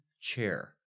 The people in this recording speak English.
chair